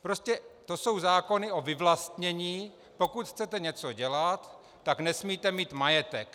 Prostě to jsou zákony o vyvlastnění: pokud chcete něco dělat, tak nesmíte mít majetek.